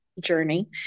journey